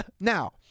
now